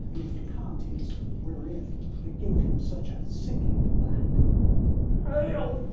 it was the contents wherein that gave him such a sickly delight help!